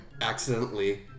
accidentally